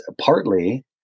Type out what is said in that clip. partly